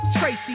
Tracy